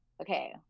Okay